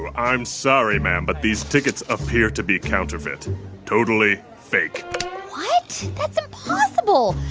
ah i'm sorry, ma'am, but these tickets appear to be counterfeit totally fake what? that's impossible.